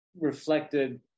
reflected